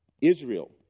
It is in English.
Israel